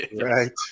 Right